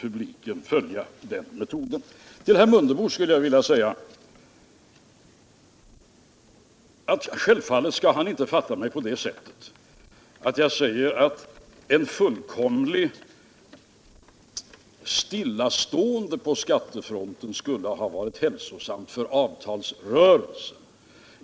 Jag gissar att varje minister som skall ha ansvaret mot publiken bör följa den metoden. Självfallet skall herr Mundebo inte fatta mig så att jag skulle säga att ett fullkomligt stillastående på skattefronten skulle vara hälsosamt för avtalsrörelsen.